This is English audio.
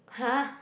!huh!